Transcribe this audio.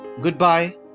Goodbye